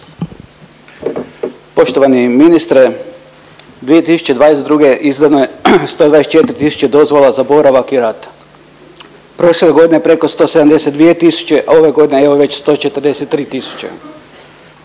Poštovani ministre, 2022. izdano je 124 tisuće dozvola za boravak i rad, prošle godine preko 172 tisuće, a ove godine evo već 143